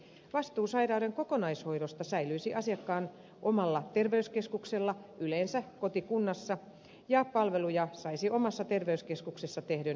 vastuu sairauden kokonaishoidosta säilyisi asiakkaan omalla terveyskeskuksella yleensä kotikunnassa ja palveluja saisi omassa terveyskeskuksessa tehdyn hoitosuunnitelman mukaan